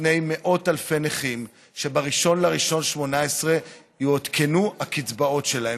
בפני מאות אלפי נכים שב-1 בינואר 2018 יעודכנו הקצבאות שלהם.